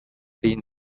thin